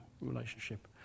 relationship